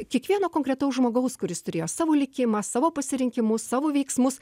kiekvieno konkretaus žmogaus kuris turėjo savo likimą savo pasirinkimus savo veiksmus